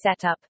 setup